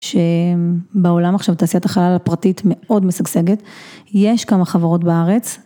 שבעולם עכשיו תעשיית החלל הפרטית מאוד משגשגת, יש כמה חברות בארץ.